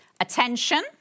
attention